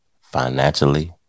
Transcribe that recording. financially